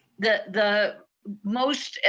the the most